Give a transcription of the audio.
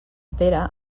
pere